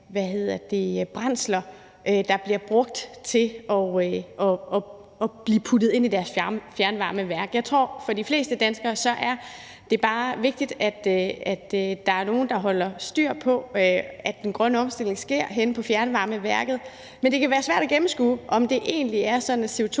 brændsler, der bliver puttet ind i deres fjernvarmeværk. Jeg tror, at for de fleste danskere er det bare vigtigt, at der er nogle, der holder styr på, at den grønne omstilling sker henne på fjernvarmeværket, men det kan være svært at gennemskue, om det egentlig er sådan, at